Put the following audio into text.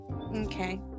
Okay